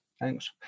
thanks